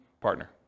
partner